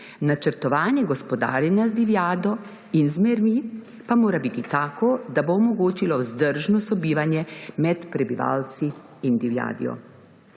načrtovanje gospodarjenja z divjadjo in zvermi pa mora biti tako, da bo omogočilo vzdržno sobivanje med prebivalci in divjadjo.